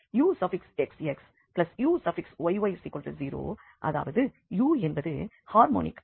அதாவது u என்பது harmonic ஆகும்